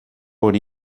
por